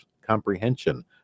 comprehension